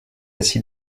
assis